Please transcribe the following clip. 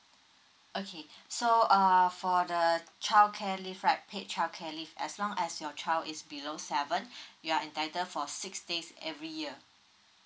okay so err for the childcare leave right paid childcare leave as long as your child is below seven you are entitled for six days every year